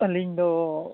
ᱟᱹᱞᱤᱧ ᱫᱚ